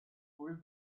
pulled